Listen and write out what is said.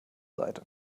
seite